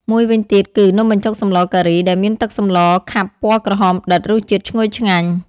មួយវិញទៀតគឺ នំបញ្ចុកសម្លការី ដែលមានទឹកសម្លខាប់ពណ៌ក្រហមដិត រសជាតិឈ្ងុយឆ្ងាញ់ ។